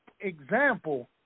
example